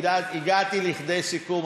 הגעתי לכדי סיכום,